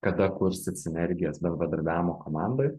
kada kursit sinergijas bendradarbiavimo komandoj